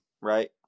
right